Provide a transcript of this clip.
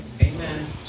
Amen